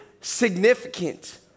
significant